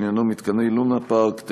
שעניינו מתקני לונה-פארק,